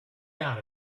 out